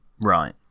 Right